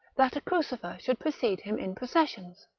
that a crucifer should precede him in processions.